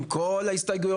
עם כל ההסתייגויות,